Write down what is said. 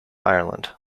ireland